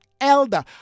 elder